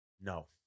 No